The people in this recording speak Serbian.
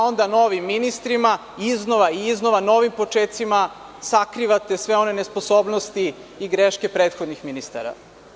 Onda sa novim ministrima iznova i iznova, sve ispočetka sakrivate one nesposobnosti i greške prethodnih ministara.